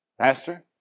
Pastor